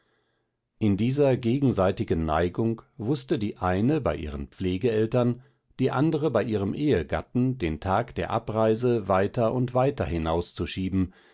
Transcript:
in dieser gegenseitigen neigung wußte die eine bei ihren pflegeeltern die andre bei ihrem ehegatten den tag der abreise weiter und weiter hinauszuschieben